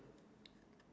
look up